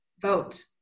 vote